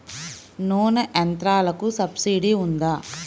నూనె యంత్రాలకు సబ్సిడీ ఉందా?